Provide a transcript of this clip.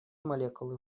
молекулы